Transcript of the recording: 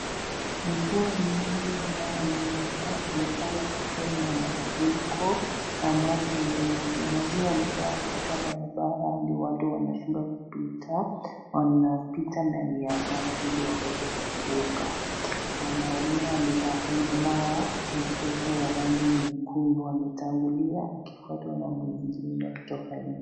Mvua mingi inayonyesha imefanya kuwa na mafuriko na maji nyingi. Maji yamejaa katika barabara hadi watu wanashindwa kupita. Wanapita ndani ya maji ili waweze kuvuka. Mwanaume amevaa sweta ya rangi nyekundu ametangulia akifuatwa na mwengine kutoka nyuma.